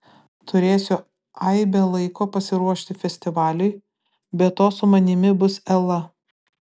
turėsiu aibę laiko pasiruošti festivaliui be to su manimi bus ela